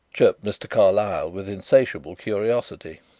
chirped mr. carlyle with insatiable curiosity.